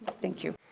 thank you.